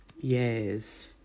Yes